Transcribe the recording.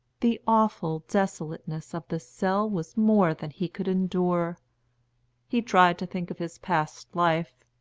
the awful desolateness of the cell was more than he could endure he tried to think of his past life,